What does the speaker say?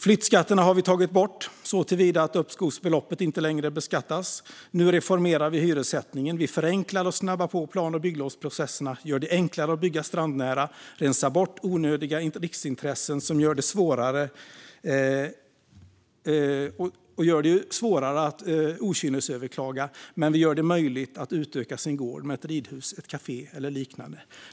Flyttskatten har vi tagit bort, såtillvida att uppskovsbeloppet inte längre beskattas. Nu reformerar vi hyressättningen. Vi förenklar och snabbar på plan och bygglovsprocesserna, gör det enklare att bygga strandnära, rensar bort onödiga riksintressen, gör det svårare att okynnesöverklaga och gör det möjligt att utöka sin gård med ett ridhus, ett café eller liknande.